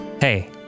hey